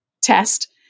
Test